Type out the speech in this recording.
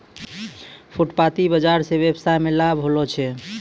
फुटपाटी बाजार स वेवसाय मे लाभ होलो छै